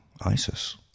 ISIS